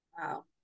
Wow